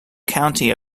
county